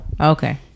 Okay